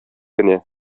кенә